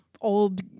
old